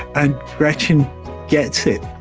and gretchen gets it,